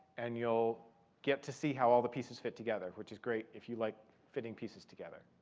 and you'll get to see how all the pieces fit together, which is great if you like fitting pieces together.